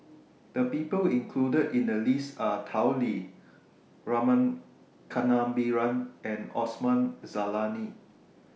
The People included in The list Are Tao Li Rama Kannabiran and Osman Zailani